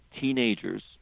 teenagers